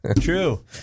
True